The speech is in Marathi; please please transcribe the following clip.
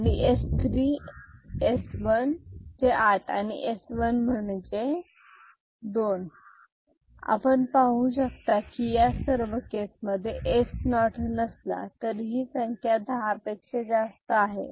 आणि S3 S1 S3 म्हणजे आठ आणि S 1 म्हणजे दोन आपण पाहू शकता कि या सर्व केसमध्ये S 0 नसला तरीही संख्या दहापेक्षा जास्त आहे